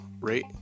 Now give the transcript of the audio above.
rate